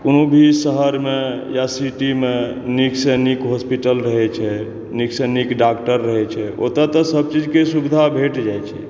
कोनो भी शहरमे या सिटीमे नीक सॅं नीक होस्पिटल रहै छै नीक सॅं नीक डॉक्टर रहो छै ओतऽ त सब चीज के सुविधा भेंट जाइ छै